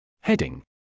Heading